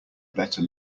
better